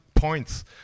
points